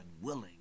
unwilling